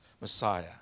Messiah